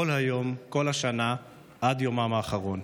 כל היום, כל השנה, עד יומן האחרון.